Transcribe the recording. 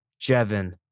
Jevin